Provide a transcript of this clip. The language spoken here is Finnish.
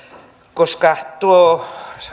koska tuo